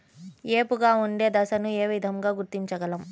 ఏపుగా ఉండే దశను ఏ విధంగా గుర్తించగలం?